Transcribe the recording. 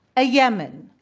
yemen.